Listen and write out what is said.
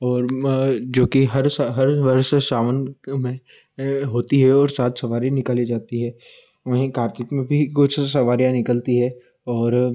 और म जो कि हर हर वर्ष सावन क में होती है और साथ सवारी निकाली जाती है वहीँ कार्तिक में भी कुछ सवारियाँ निकलती है और